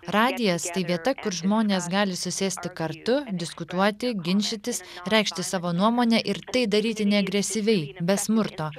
radijas tai vieta kur žmonės gali susėsti kartu diskutuoti ginčytis reikšti savo nuomonę ir tai daryti neagresyviai be smurto